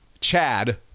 Chad